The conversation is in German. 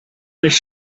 mich